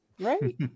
right